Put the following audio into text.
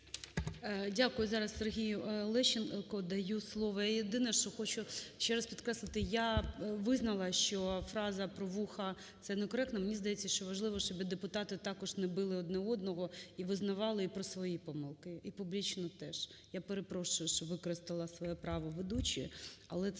Дякую. Зараз Сергію Лещенку даю слово. Я єдине, що хочу ще раз підкреслити. Я визнала, що фраза про вуха – це некоректно. Мені здається, що важливо, щоб депутати також не били одне одного і визнавали і про свої помилки, і публічно теж. Я перепрошую, що використала своє право ведучої,